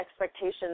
expectations